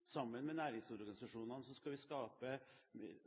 sammen med næringsorganisasjonene. Sammen med næringsorganisasjonene skal vi skape